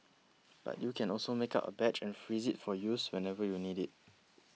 but you can also make up a batch and freeze it for use whenever you need it